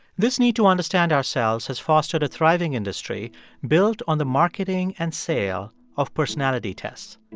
this need to understand ourselves has fostered a thriving industry built on the marketing and sale of personality tests.